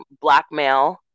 blackmail